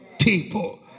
people